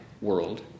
world